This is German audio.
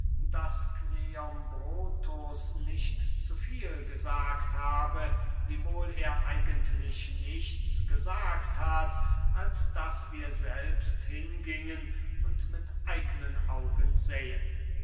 kleombrotus nicht zu viel gesagt habe wiewohl er eigentlich nichts gesagt hat als daß wir selbst hingingen und mit eignen augen sähen